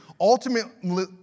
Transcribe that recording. Ultimately